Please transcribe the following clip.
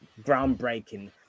groundbreaking